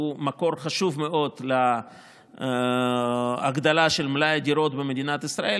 שהוא מקור חשוב מאוד להגדלה של מלאי הדירות במדינת ישראל,